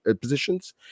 positions